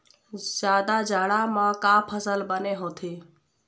जादा जाड़ा म का का फसल बने होथे?